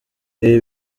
ibi